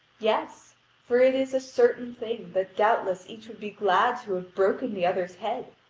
yes for it is certain thing that doubtless each would be glad to have broken the other's head,